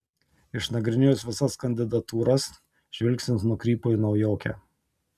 išnagrinėjus visas kandidatūras žvilgsnis nukrypo į naujokę